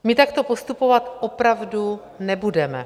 My takto postupovat opravdu nebudeme.